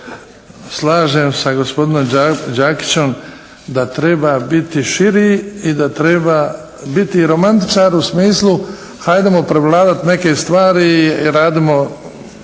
slažem sa gospodinom Đakićem da treba biti širi i da treba biti romantičar u smislu ajdemo …/Govornik se ne razumije./…